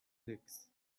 licks